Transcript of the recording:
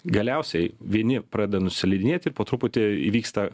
galiausiai vieni pradeda nusileidinėti ir po truputį įvyksta